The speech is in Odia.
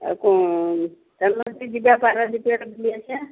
ଆଉ କ'ଣ ଚାଲୁନ ଟିକେ ଯିବା ପାରାଦ୍ୱୀପ ଆଡ଼େ ବୁଲି ଆସିବା